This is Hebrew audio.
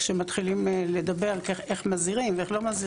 כשמתחילים לדבר איך מזהירים ואיך זה.